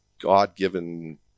God-given